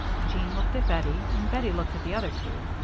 jean looked at bettie, and bettie looked at the other two.